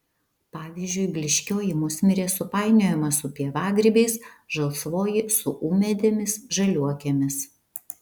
pavyzdžiui blyškioji musmirė supainiojama su pievagrybiais žalsvoji su ūmėdėmis žaliuokėmis